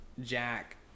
Jack